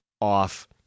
Off